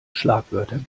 schlagwörter